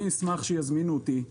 אני אשמח שיזמינו אותי,